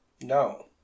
No